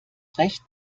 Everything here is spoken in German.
recht